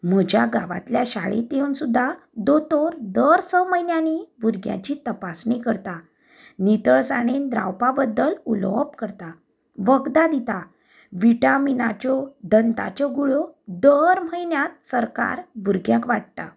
म्हज्या गांवातल्या शाळेंत येवन सुद्दां दोतोर दर स म्हयन्यांनी भुरग्यांची तपासणी करता नितळसाणेन रावपा बद्दल उलोवप करता वखदा दिता विटामीनाच्या दंताच्यो गुळयो दर म्हयन्याक सरकार भुरग्यांक वाडटा